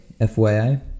FYI